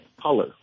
color